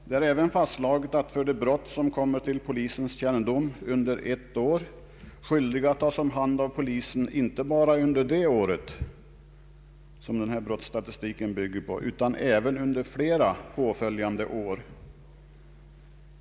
Det är också att märka att beträffande de brott som kommer till polisens kännedom under ett år skyldiga till brotten tas om hand av polisen inte bara för det år som brottsstatistiken bygger på utan under flera på varandra följande år.